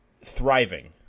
thriving